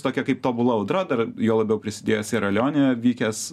tokia kaip tobula audra dar juo labiau prisidėjo siera leonėje vykęs